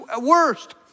worst